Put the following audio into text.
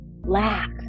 Lack